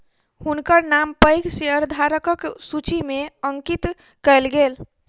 हुनकर नाम पैघ शेयरधारकक सूचि में अंकित कयल गेल